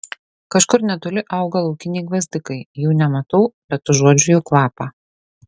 kažkur netoli auga laukiniai gvazdikai jų nematau bet užuodžiu jų kvapą